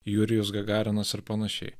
jurijus gagarinas ir panašiai